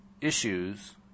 issues